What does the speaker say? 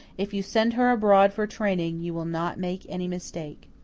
if you send her abroad for training, you will not make any mistake.